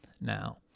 now